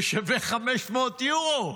ששווה 500 אירו.